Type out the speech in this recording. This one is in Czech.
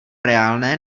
reálné